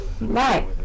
Right